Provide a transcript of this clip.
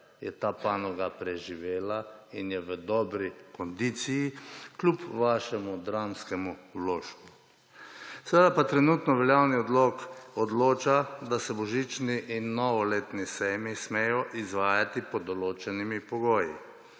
je ta panoga preživela in je v dobri kondiciji kljub vašemu dramskemu vložku. Seveda pa trenutno veljavni odlok odloča, da se božični in novoletni sejmi smejo izvajati pod določenimi pogoji.